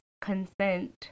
consent